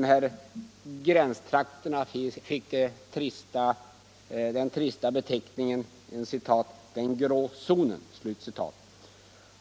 Dessa gränstrakter fick den trista beteckningen ”den grå zonen”